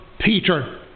Peter